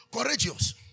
Courageous